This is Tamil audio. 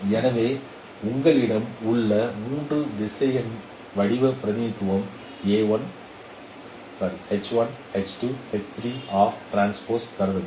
எனவே உங்களிடம் உள்ள 3 திசையன் வடிவ பிரதிநிதித்துவம் கருதுங்கள்